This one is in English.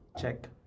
check